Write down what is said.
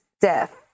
death